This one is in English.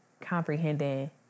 comprehending